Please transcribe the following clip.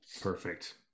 perfect